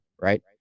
right